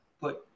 put